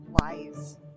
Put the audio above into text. lies